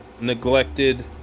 neglected